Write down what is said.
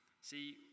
See